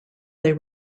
they